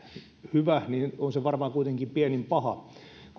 hyvä niin on se varmaan kuitenkin pienin paha